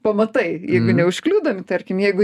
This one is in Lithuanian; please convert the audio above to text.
pamatai jeigu neužkliudomi tarkim jeigu